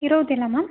ಇರುವುದಿಲ್ಲ ಮ್ಯಾಮ್